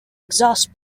exhaust